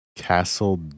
Castle